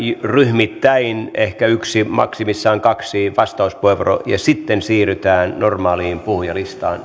ryhmittäin ehkä yksi maksimissaan kaksi vastauspuheenvuoroa ja sitten siirrytään normaaliin puhujalistaan